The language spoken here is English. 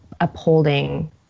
upholding